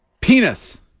Penis